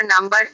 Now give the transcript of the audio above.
number